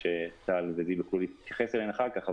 שטל וזיו יוכלו להתייחס אליהן אחר כך,